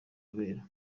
kubera